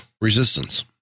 Resistance